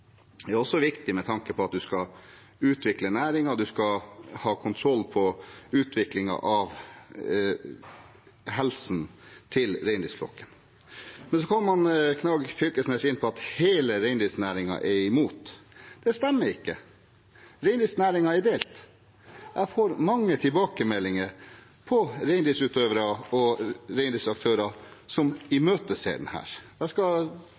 næringshensynet er også viktig med tanke på at man skal utvikle næringen, og man skal ha kontroll på utviklingen av helsen til reinflokkene. Men så kom representanten Knag Fylkesnes inn på at hele reindriftsnæringen er mot. Det stemmer ikke. Reindriftsnæringen er delt. Jeg får mange tilbakemeldinger fra reindriftsutøvere og reindriftsaktører som imøteser dette. Jeg skal